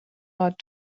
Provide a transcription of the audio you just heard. ought